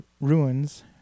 ruins